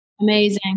Amazing